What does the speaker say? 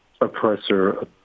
oppressor